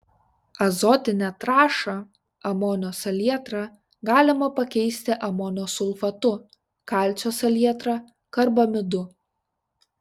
azotinę trąšą amonio salietrą galima pakeisti amonio sulfatu kalcio salietra karbamidu